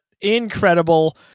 incredible